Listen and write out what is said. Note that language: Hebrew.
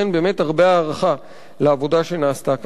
באמת הרבה הערכה לעבודה שנעשתה כאן.